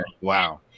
Wow